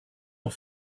not